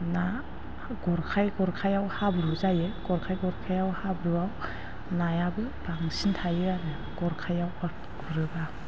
ना गरखाइ गरखाइयाव हाब्रु जायो गरखाइ गरखाइयाव हाब्रुआव नायाबो बांसिन थायो आरो गरखाइयाव गुरोबा